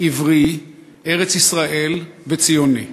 "עברי", "ארץ-ישראל" ו"ציוני".